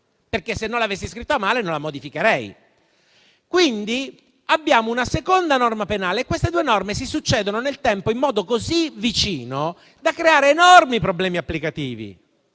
perché, se non l'avessi scritta male, non la modificherei. Quindi abbiamo una seconda norma penale e queste due norme si succedono nel tempo in modo così vicino da creare enormi problemi applicativi.